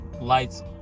lights